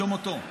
לא, לא.